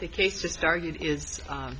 the case just argued is